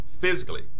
physically